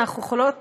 אנחנו יכולות